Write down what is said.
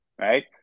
right